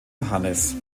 johannes